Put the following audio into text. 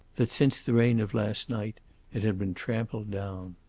that since the rain of last night it had been trampled down.